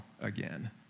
again